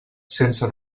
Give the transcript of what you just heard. sense